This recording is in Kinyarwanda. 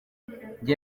njye